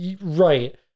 right